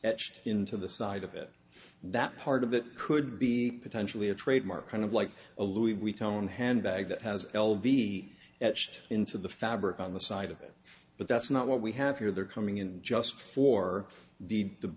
into the side of it that part of it could be potentially a trademark kind of like a louis we tone handbag that has l d at shift into the fabric on the side of it but that's not what we have here they're coming in just for the the